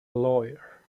lawyer